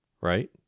Right